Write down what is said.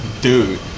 Dude